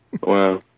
wow